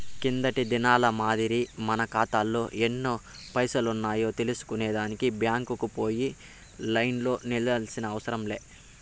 కిందటి దినాల మాదిరి మన కాతాలో ఎన్ని పైసలున్నాయో తెల్సుకునే దానికి బ్యాంకుకు పోయి లైన్లో నిల్సోనవసరం లే